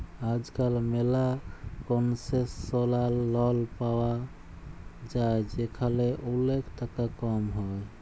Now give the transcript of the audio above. আজকাল ম্যালা concessional loan পায়া যায় যেখালে ওলেক টাকা কম হ্যয়